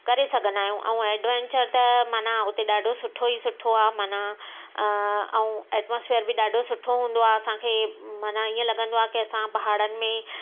करे सघंदा आहियूं ऐं एडवैंचर त मना हुते ॾाढो सुठो ई सुठो आहे मना अ ऐं एट्मॉस्फेर बि ॾाढो सुठो हूंदो आहे असांखे मना ईअं लॻंदो आहे कि असां पहाड़नि में